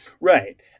Right